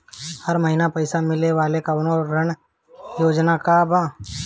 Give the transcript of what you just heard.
हर महीना पइसा मिले वाला कवनो ऋण योजना बा की?